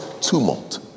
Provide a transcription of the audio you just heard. tumult